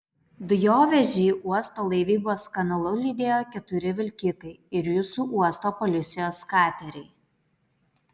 dujovežį uosto laivybos kanalu lydėjo keturi vilkikai ir jūsų uosto policijos kateriai